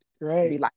Right